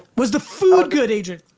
was the food good adrian?